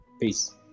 peace